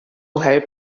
help